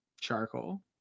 Charcoal